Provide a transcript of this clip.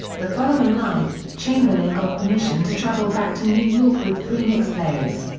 the following night, chamberlain got permission to travel back to new york with three knicks players.